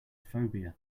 phobia